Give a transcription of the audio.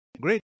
great